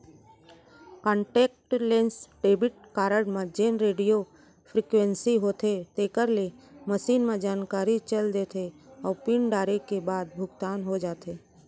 contactless debit card म जेन radio frequency होथे तेकर ले मसीन म जानकारी चल देथे अउ पिन डारे के बाद भुगतान हो जाथे